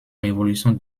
révolution